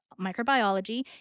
microbiology